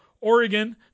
Oregon